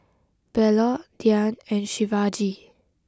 Bellur Dhyan and Shivaji